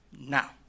Now